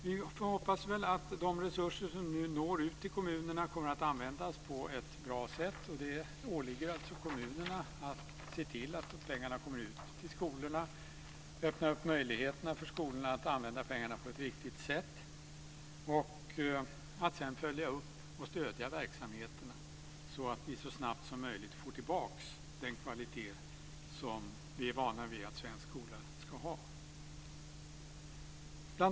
Vi hoppas väl att de resurser som nu når ut till kommunerna kommer att användas på ett bra sätt. Det åligger alltså kommunerna att se till att pengarna kommer ut till skolorna, att öppna möjligheterna för skolorna att använda pengarna på ett riktigt sätt och att sedan följa upp och stödja verksamheterna så att vi så snabbt som möjligt får tillbaka den kvalitet som vi är vana vid att svensk skola ska ha.